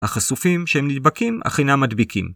‫החשופים שהם נדבקים אך אינם מדביקים.